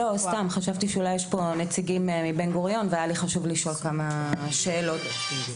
היה חשוב לי לשאול כמה שאלות נציגים מבן גוריון,